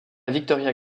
victoria